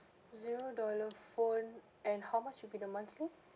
zero dollar phone and how much will be the monthly